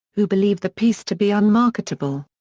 who believed the piece to be unmarketable.